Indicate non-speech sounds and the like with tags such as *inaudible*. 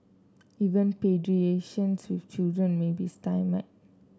even *unintelligible* with children may be stymied